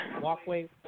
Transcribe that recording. walkway